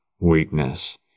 weakness